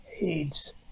AIDS